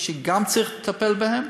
שגם צריך לטפל בהם,